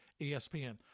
ESPN